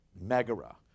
Megara